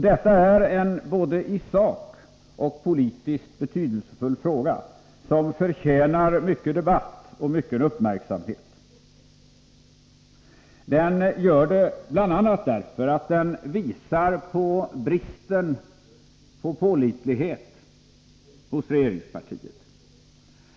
Det är en både i sak och politiskt betydelsefull fråga som förtjänar mycken debatt och mycken uppmärksamhet. Den gör det bl.a. därför att den visar på bristen på pålitlighet hos regeringspartiet.